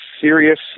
serious